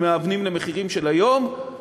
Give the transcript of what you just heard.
אם מהוונים למחירים של היום,